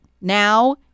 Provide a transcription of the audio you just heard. Now